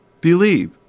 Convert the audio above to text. believe